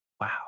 wow